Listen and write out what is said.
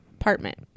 apartment